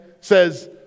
says